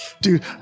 dude